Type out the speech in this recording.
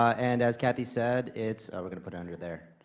and as cathy said, it's oh, we're going to put it under there.